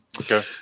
Okay